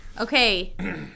Okay